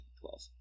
twelve